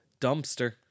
Dumpster